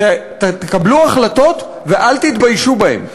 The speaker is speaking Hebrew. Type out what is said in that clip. תקבלו החלטות ואל תתביישו בהן.